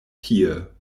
tie